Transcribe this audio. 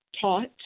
taught